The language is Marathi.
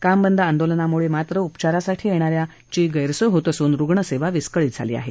कामबंद आंदोलनामुळे मात्र उपचारासाठी येणा यांची गैरसोय होत असून रूग्ण्सेवा विस्कळीत झाली आहे